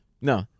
no